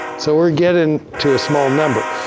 so, we're getting to a small number.